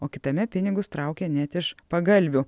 o kitame pinigus traukia net iš pagalvių